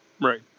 Right